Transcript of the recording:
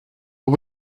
but